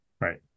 Right